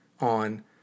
on